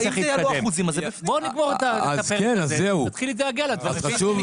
בואו נסיים את הפרק הזה ונגיע לזה.